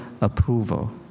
approval